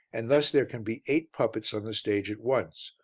and thus there can be eight puppets on the stage at once,